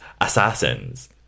assassins